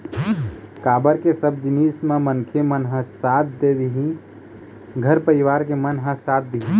काबर के सब जिनिस म मनखे मन ह साथ दे दिही घर परिवार के मन ह साथ दिही